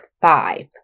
five